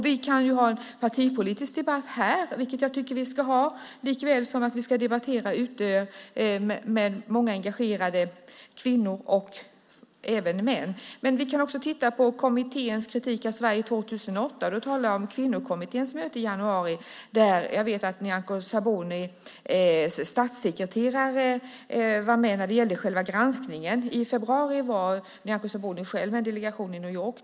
Vi kan ha en partipolitisk debatt här, vilket jag tycker att vi ska ha, likväl som att vi ska debattera ute med många engagerade kvinnor och även män. Vi kan också titta på kommitténs kritik av Sverige 2008. Jag talar om Kvinnokommitténs möte i januari där jag vet att Nyamko Sabunis statssekreterare var med när det gällde själva granskningen. I februari var Nyamko Sabuni själv med en delegation i New York.